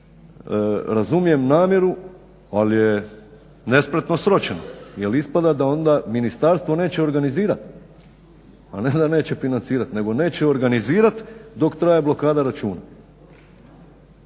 razumijem namjeru ali je nespretno sročeno jer ispada onda da ministarstvo neće organizirati a ne da neće financira, nego neće organizirati dok traje blokada računa.